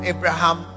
Abraham